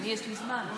יש לי זמן.